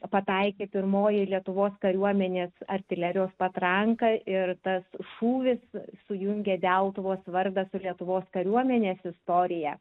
pataikė pirmoji lietuvos kariuomenės artilerijos patranka ir tas šūvis sujungė deltuvos vardą su lietuvos kariuomenės istorija